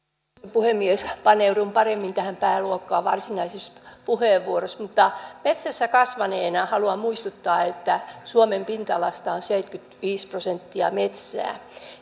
puhemies paneudun paremmin tähän pääluokkaan varsinaisessa puheenvuorossa mutta metsässä kasvaneena haluan muistuttaa että suomen pinta alasta on seitsemänkymmentäviisi prosenttia metsää